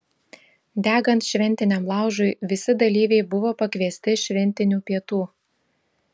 degant šventiniam laužui visi dalyviai buvo pakviesti šventinių pietų